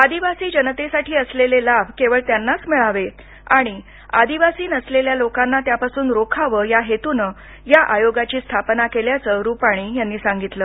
आदिवासी जनतेसाठी असलेले लाभ केवळ त्यांनाच मिळावेत आणि आदिवासी नसलेल्या लोकांना त्यापासून रोखावे या हेतूनं या आयोगाची स्थापना केल्याचं रूपानी यांनी सांगितलं